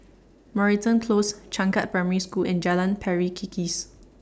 Moreton Close Changkat Primary School and Jalan Pari Kikis